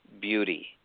beauty